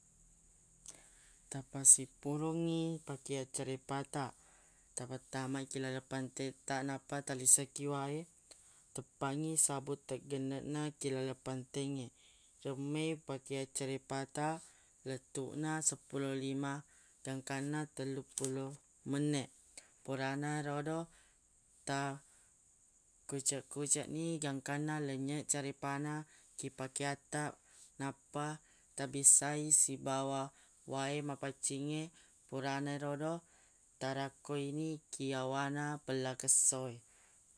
Tapassippulungngi pakeang carepa taq tapattama ki laleng panteng taq nappa talise ki wae teppangngi sabung teggenneq na ki laleng pantengnge remme pakeang carepa taq lettuq na seppulo lima gangkanna tellu pulo menneq purana rodo ta kuceq-kuceq ni gangkanna lenynye carepa na ki pakeang taq nappa tabissai sibawa wae mapaccingnge purana erodo tarakkoi ni ki yawana pella kesso e